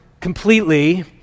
completely